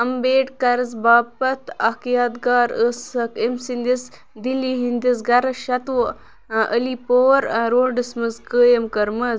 امبیڈکَرَس باپَتھ اَکھ یادگار ٲسٕکھ أمۍ سٕنٛدِس دِلہِ ہِنٛدِس گَرَس شَتوٗہ علی پور روڈَس منٛز قٲیِم کٔرمٕژ